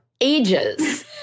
ages